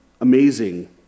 amazing